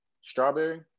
strawberry